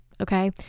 okay